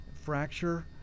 fracture